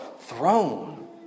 throne